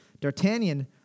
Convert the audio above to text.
D'Artagnan